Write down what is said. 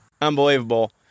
unbelievable